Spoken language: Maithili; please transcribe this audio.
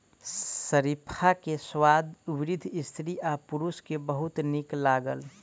शरीफा के स्वाद वृद्ध स्त्री आ पुरुष के बहुत नीक लागल